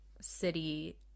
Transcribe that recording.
city